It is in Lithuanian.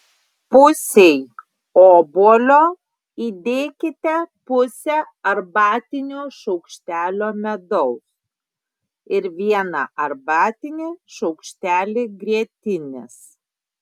pusei obuolio įdėkite pusę arbatinio šaukštelio medaus ir vieną arbatinį šaukštelį grietinės